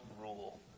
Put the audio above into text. rule